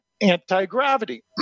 anti-gravity